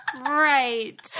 Right